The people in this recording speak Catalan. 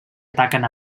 ataquen